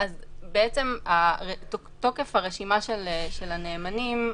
תוקף הרשימה של הנאמנים,